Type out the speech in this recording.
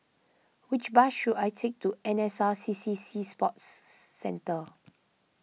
which bus should I take to N S R C C Sea Sports Centre